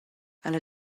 alla